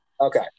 Okay